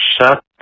shut